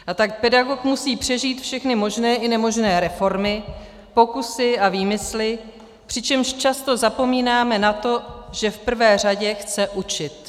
A tak pedagog musí přežít všechny možné i nemožné reformy, pokusy a výmysly, přičemž často zapomínáme na to, že v prvé řadě chce učit.